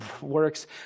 works